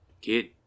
Kid